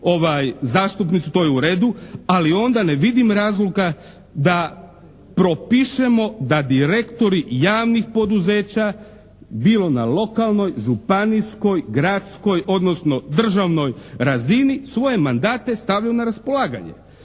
imaju zastupnici, to je u redu. Ali onda ne vidim razloga da propisujemo da direktori javnih poduzeća bilo na lokalnoj, županijskoj, gradskoj odnosno državnoj razini svoje mandate stavljaju na raspolaganje.